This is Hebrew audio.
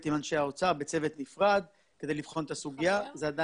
י אתיופיה ירצו לרכוש בעיר נוף הגליל